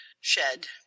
shed